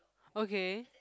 okay